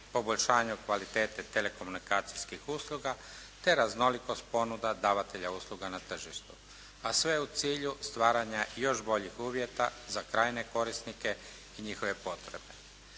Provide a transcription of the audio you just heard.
Poboljšanju kvalitete telekomunikacijskih usluga te raznolikost ponuda davatelja usluga na tržištu. A sve u cilju stvaranja još boljih uvjeta za krajnje korisnike i njihove potrebe.